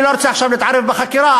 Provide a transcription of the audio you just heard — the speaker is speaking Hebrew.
אני לא רוצה עכשיו להתערב בחקירה,